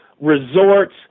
resorts